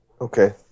Okay